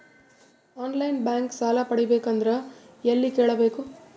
On line bank ಸಾಲ ಪಡಿಬೇಕಂದರ ಎಲ್ಲ ಕೇಳಬೇಕು?